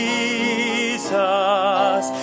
Jesus